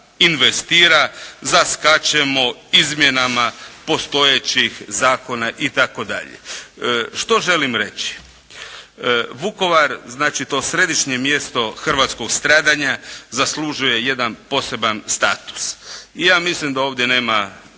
investira, zaskačemo izmjenama postojećih zakona itd. Što želim reći? Vukovar, znači to središnje mjesto hrvatskog stradanja zaslužuje jedan poseban status. Ja mislim da ovdje nema